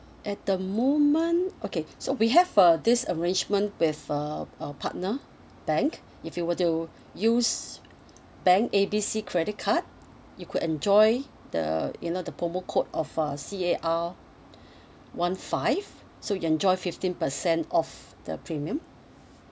at the moment okay so we have uh this arrangement with (uh uh partner bank if you were to use bank A B C credit card you could enjoy the you know the promo code of uh C A R one five so you enjoy fifteen per cent off the premium